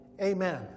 amen